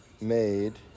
made